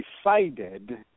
decided